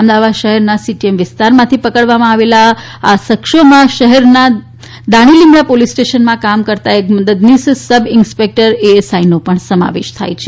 અમદાવાદ શહેરના સીટીએમ વિસ્તારમાંથી પકડવામાં આવેલા આ શખ્સોમાં શહેરના દાણીલીમડા પોલીસ સ્ટેશનમાં કામ કરતા એક મદદનીશ સબ ઇન્સ્પેક્ટર એએસઆઇનો પણ સમાવેશ થાય છે